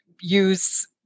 use